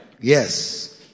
yes